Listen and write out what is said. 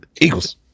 Eagles